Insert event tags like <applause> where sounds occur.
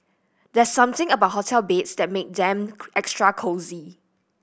there's something about hotel beds that make them <unintelligible> extra cosy